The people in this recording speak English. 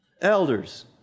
Elders